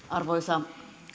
arvoisa